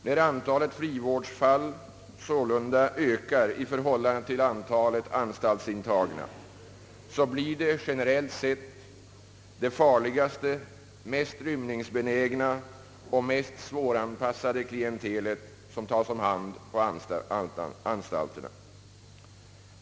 När antalet frivårdsfall sålunda ökar i förhållande till antalet anstaltsintag na, blir det, generellt sett, det farligaste, mest rymningsbenägna och mest svåranpassade klientelet som tas om hand på anstalterna.